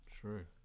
True